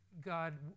God